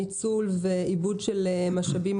ניצול ואיבוד של משאבים,